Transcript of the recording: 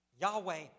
Yahweh